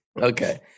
Okay